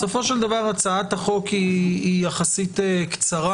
בסופו של דבר, הצעת החוק היא יחסית קצרה.